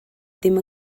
ddim